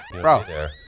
Bro